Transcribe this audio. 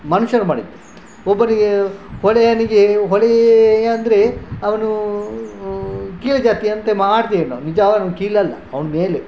ಮನುಷ್ಯರು ಮಾಡಿದ್ದು ಒಬ್ಬನಿಗೆ ಹೊಲೆಯನಿಗೆ ಹೊಲೆಯ ಅಂದರೆ ಅವನು ಕೀಳು ಜಾತಿ ಅಂತ ಮಾಡಿದ್ರೆ ಏನು ನಿಜ ಅವನು ಕೀಳಲ್ಲ ಅವನು ಮೇಲೆ